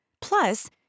Plus